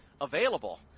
available